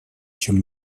чем